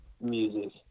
music